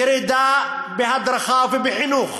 ירידה בהדרכה ובחינוך,